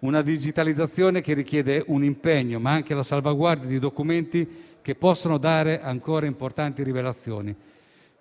una digitalizzazione che richiede un impegno, ma anche la salvaguardia di documenti che possono dare ancora importanti rivelazioni.